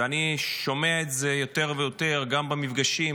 ואני שומע את זה יותר ויותר גם במפגשים,